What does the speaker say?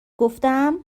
گفتم